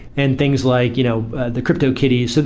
and things like you know the cryptokitties. so